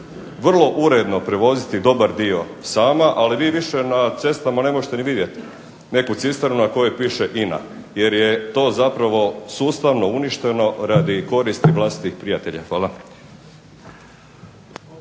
vrlo uredno prevoziti dobar dio sama, ali vi više na cestama ne možete vidjeti neku cisternu na kojoj piše INA, jer je to zapravo sustavno uništeno radi koristi vlastitih prijatelja. Hvala.